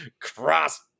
cross